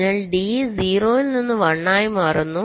അതിനാൽ D 0 ൽ നിന്ന് 1 ആയി മാറ്റുന്നു